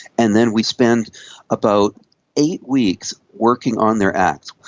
and then we spend about eight weeks working on their act.